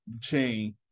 chain